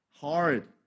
hard